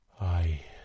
I